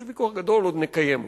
יש ויכוח גדול, עוד נקיים אותו.